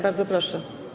Bardzo proszę.